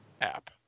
app